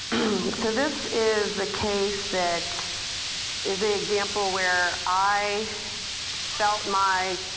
so this is the case that is the example where i felt my,